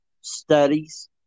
studies